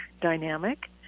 dynamic